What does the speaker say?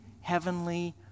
heavenly